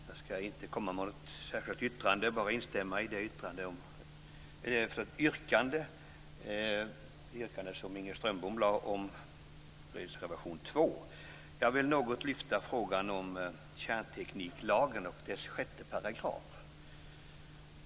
Fru talman! Jag ska inte komma med något särskilt yrkande, utan bara instämma i Inger Strömboms yrkande när det gäller reservation 2. Jag vill något lyfta fram frågan om kärntekniklagen och dess 6 §.